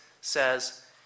says